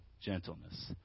gentleness